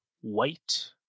white